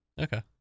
Okay